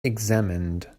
examined